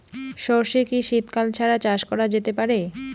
সর্ষে কি শীত কাল ছাড়া চাষ করা যেতে পারে?